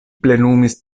plenumis